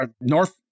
North